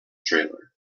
trailer